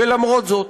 ולמרות זאת